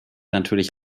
natürlich